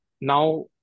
now